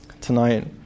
tonight